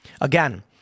Again